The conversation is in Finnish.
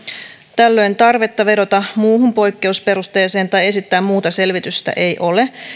tällöin tarvetta vedota muuhun poikkeusperusteeseen tai esittää muuta selvitystä ei ole